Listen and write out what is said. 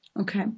Okay